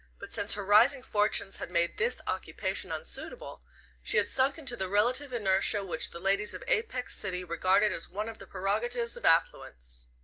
but since her rising fortunes had made this occupation unsuitable she had sunk into the relative inertia which the ladies of apex city regarded as one of the prerogatives of affluence.